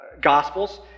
gospels